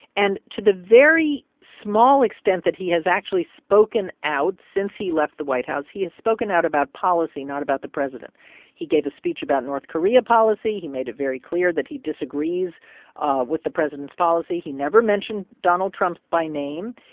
and to the very small extent that he has actually spoken out since he left the white house, he has spoken out about policy, not about the president he gave a speech about north korea policy. he made it very clear that he disagrees ah with the president's policy. he never mentioned donald trump by name.